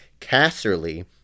Casserly